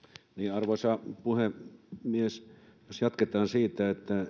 arvoisa puhemies jos jatketaan siitä että ei